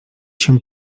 się